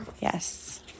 Yes